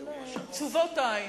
תשובות אין.